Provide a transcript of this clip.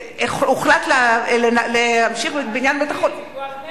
שהוחלט להמשיך בבניין בית-החולים, פיקוח נפש.